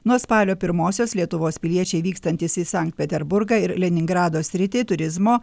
nuo spalio pirmosios lietuvos piliečiai vykstantys į sankt peterburgą ir leningrado sritį turizmo